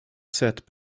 set